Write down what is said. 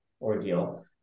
ordeal